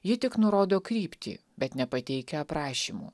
ji tik nurodo kryptį bet nepateikia aprašymų